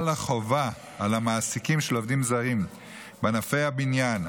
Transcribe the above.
על המעסיקים של עובדים זרים בענפי הבניין,